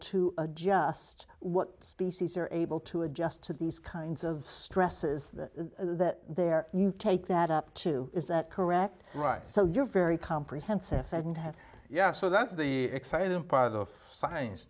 to adjust what species are able to adjust to these kinds of stresses that they're you take that up to is that correct right so you're very comprehensive fed and have yeah so that's the exciting part of science